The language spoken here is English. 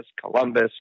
Columbus